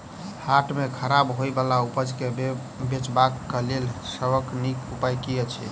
हाट मे खराब होय बला उपज केँ बेचबाक क लेल सबसँ नीक उपाय की अछि?